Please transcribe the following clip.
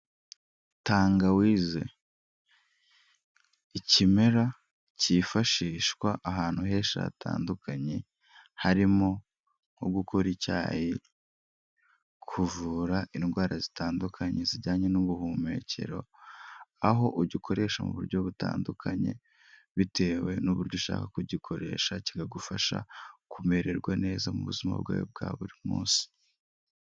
Tangawize, ikimera cyifashishwa ahantu henshi hatandukanye harimo nko gukora icyayi, kuvura indwara zitandukanye zijyanye n'ubuhumekero, aho ugikoresha mu buryo butandukanye bitewe n'uburyo ushaka kugikoresha kikagufasha kumererwa neza mu buzima bwawe bwa buri munsi.